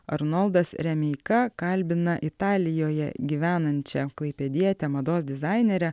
arnoldas remeika kalbina italijoje gyvenančią klaipėdietę mados dizainerę